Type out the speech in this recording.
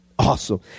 awesome